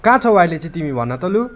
कहाँ छौ अहिले चाहिँ तिमी भन त लु